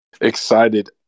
excited